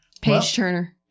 Page-Turner